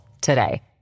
today